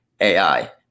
AI